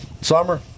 summer